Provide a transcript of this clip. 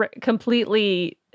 completely